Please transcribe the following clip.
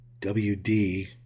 WD